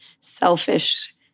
selfish